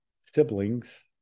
siblings